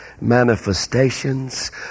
manifestations